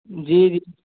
جی جی